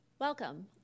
Welcome